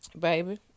Baby